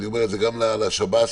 יכולות השב"ס